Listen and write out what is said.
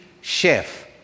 chef